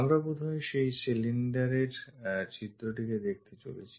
আমরা বোধহয় সেই cylinderএর ছিদ্রটি দেখতে চলেছি